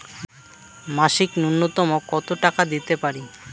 মাসিক নূন্যতম কত টাকা দিতে পারি?